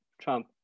Trump